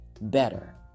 better